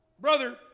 Brother